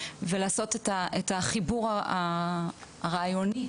ולעשות את החיבור הרעיוני,